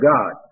God